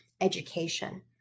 education